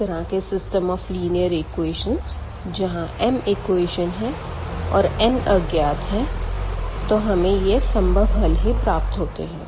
इस तरह के सिस्टम ऑफ लीनियर इक्वेशन जहां m इक्वेशन है और n अज्ञात है तो हमें यह संभव हल ही प्राप्त होते हैं